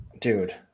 Dude